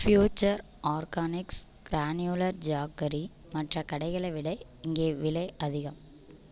future organics granular jaggery மற்ற கடைகளை விட இங்கே விலை அதிகம்